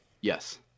Yes